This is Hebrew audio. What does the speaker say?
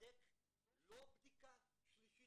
תיבדק לא בדיקה שלישית-רביעית,